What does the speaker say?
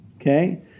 Okay